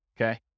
Okay